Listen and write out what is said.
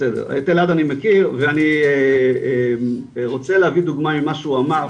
את אלעד אני מכיר ואני רוצה להביא דוגמא ממה שהוא אמר,